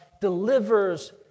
delivers